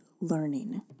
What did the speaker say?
learning